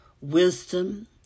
wisdom